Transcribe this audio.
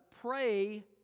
pray